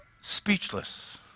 speechless